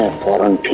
forbidden